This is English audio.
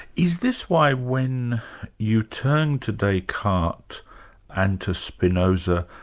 is this why when you turn to descartes and to spinoza,